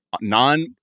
Non